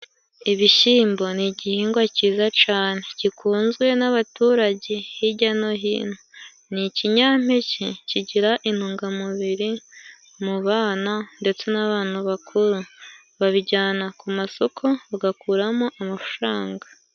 Ibishyimbo ni igihingwa cyiza cane gikunzwe n'abaturage hijya no hino, ni ikinyampeke kigira intungamubiri mu bana ndetse n'abantu bakuru babijyana ku masoko bagakuramo amafaranga.